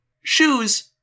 Shoes